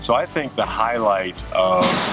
so, i think the highlight of